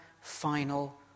final